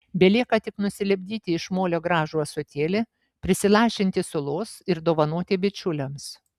belieka tik nusilipdyti iš molio gražų ąsotėlį prisilašinti sulos ir dovanoti bičiuliams